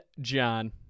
John